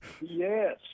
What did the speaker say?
Yes